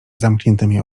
zamkniętymi